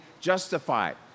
justified